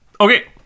Okay